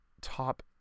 top